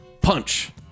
punch